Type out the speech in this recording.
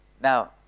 Now